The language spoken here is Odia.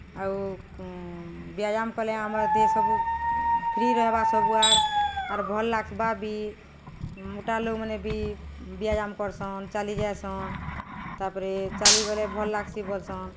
ଆଉ ବ୍ୟାୟାମ୍ କଲେ ଆମର୍ ଦେହ ସବୁ ଫ୍ରି ରହେବା ସବୁଆଡ଼ ଆର୍ ଭଲ୍ ଲାଗ୍ସି ବା ବିି ମୁଟା ଲୋକ୍ମାନେ ବି ବ୍ୟାୟାମ୍ କର୍ସନ୍ ଚାଲି ଯାଏସନ୍ ତାପରେ ଚାଲି ଗଲେ ଭଲ୍ ଲାଗ୍ସି ବଲ୍ସନ୍